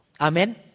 Amen